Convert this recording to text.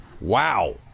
wow